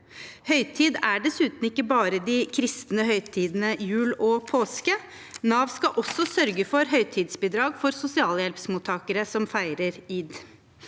Høytid er dessuten ikke bare de kristne høytidene jul og påske. Nav skal også sørge for høytidsbidrag for sosialhjelpsmottakere som feirer id.